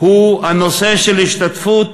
הוא הנושא של השתתפות